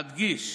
אדגיש,